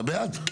אתה בעד?